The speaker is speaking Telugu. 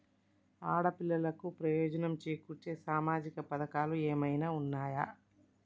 ఆడపిల్లలకు ప్రయోజనం చేకూర్చే సామాజిక పథకాలు ఏమైనా ఉన్నయా?